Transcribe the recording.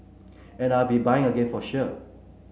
and I'll be buying again for sure